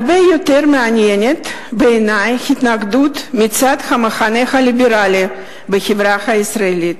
הרבה יותר מעניינת בעיני ההתנגדות מצד המחנה הליברלי בחברה הישראלית.